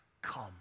Come